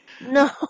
No